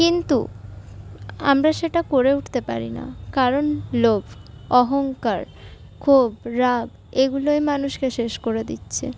কিন্তু আমরা সেটা করে উঠতে পারি না কারণ লোভ অহংকার ক্ষোভ রাগ এগুলোই মানুষকে শেষ করে দিচ্ছে